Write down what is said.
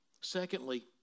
Secondly